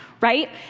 right